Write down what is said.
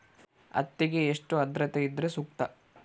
ಹತ್ತಿಗೆ ಎಷ್ಟು ಆದ್ರತೆ ಇದ್ರೆ ಸೂಕ್ತ?